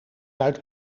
uit